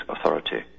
authority